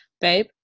babe